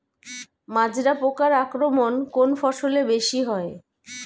মাজরা পোকার আক্রমণ কোন ফসলে বেশি হয়?